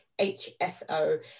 HSO